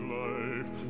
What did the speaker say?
life